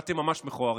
אתם ממש מכוערים.